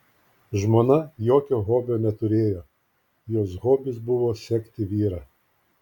žmona jokio hobio neturėjo jos hobis buvo sekti vyrą